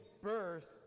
burst